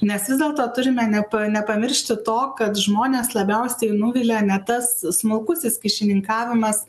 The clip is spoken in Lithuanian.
nes vis dėlto turime nepa nepamiršti to kad žmones labiausiai nuvilia ne tas smulkusis kyšininkavimas